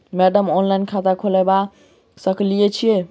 Madam online खाता खोलबा सकलिये छीयै?